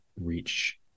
reach